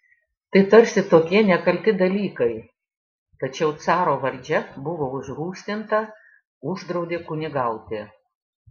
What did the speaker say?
tai tarsi tokie nekalti dalykai tačiau caro valdžia buvo užrūstinta uždraudė kunigauti